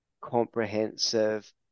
comprehensive